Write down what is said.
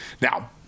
Now